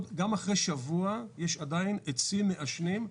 גם אחרי שבוע יש עדיין עצים מעשנים,